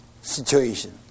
situation